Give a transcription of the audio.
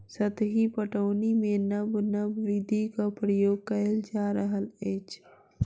सतही पटौनीमे नब नब विधिक प्रयोग कएल जा रहल अछि